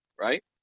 right